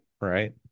right